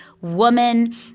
woman